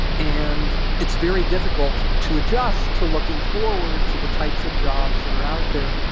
and it's very difficult to adjust to looking forward to the types of jobs that are out there